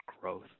growth